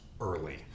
early